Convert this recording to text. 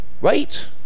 right